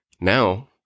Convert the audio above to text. Now